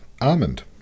almond